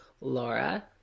Laura